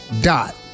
dot